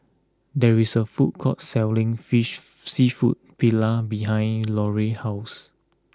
there is a food court selling fish Seafood Paella behind Larae's house